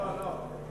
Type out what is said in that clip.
לא לא לא.